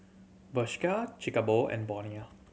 Bershka Chic a Boo and Bonia